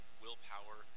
willpower